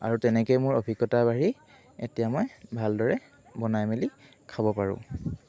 আৰু তেনেকেই মোৰ অভিজ্ঞতা বাঢ়ি এতিয়া মই ভালদৰে বনাই মেলি খাব পাৰোঁ